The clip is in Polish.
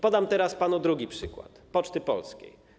Podam teraz panu drugi przykład, Poczty Polskiej.